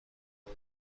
شما